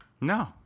No